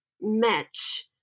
match